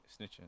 snitching